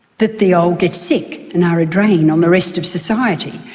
the the old get sick, and are a drain on the rest of society.